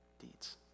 deeds